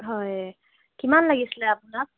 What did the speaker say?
হয় কিমান লাগিছিলে আপোনাক